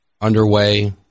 underway